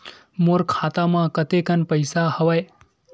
मोर खाता म कतेकन पईसा हवय?